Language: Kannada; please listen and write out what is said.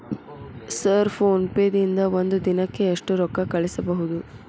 ಸರ್ ಫೋನ್ ಪೇ ದಿಂದ ಒಂದು ದಿನಕ್ಕೆ ಎಷ್ಟು ರೊಕ್ಕಾ ಕಳಿಸಬಹುದು?